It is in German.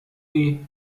die